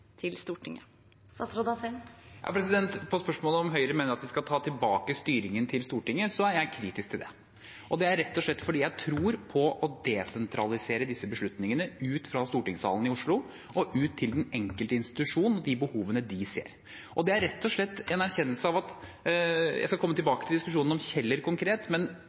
til Stortinget? På spørsmålet om Høyre mener at vi skal ta tilbake styringen til Stortinget – det er jeg kritisk til. Det er rett og slett fordi jeg tror på å desentralisere disse beslutningene ut fra stortingssalen i Oslo og ut til den enkelte institusjonen og de behovene de ser. Jeg skal komme tilbake til diskusjonen om Kjeller konkret, men ulike deler av